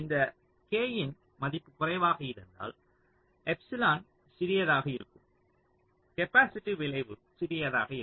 இந்த k இன் மதிப்பு குறைவாக இருந்தால் எப்சிலன் சிறியதாக இருக்கும் கேப்பாசிட்டிவ் விளைவு சிறியதாக இருக்கும்